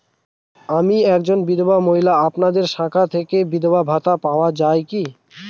আমি একজন বিধবা মহিলা আপনাদের শাখা থেকে বিধবা ভাতা পাওয়া যায় কি?